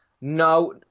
no